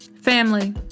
family